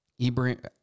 Ibram